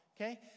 Okay